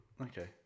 Okay